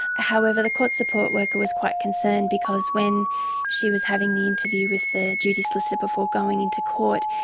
however the court support worker was quite concerned because when she was having the interview with the duty solicitor before going into court,